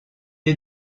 est